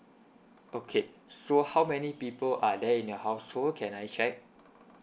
okay so how many people are there in your household can I check